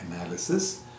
analysis